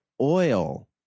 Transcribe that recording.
oil